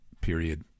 period